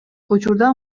учурда